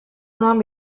noan